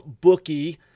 bookie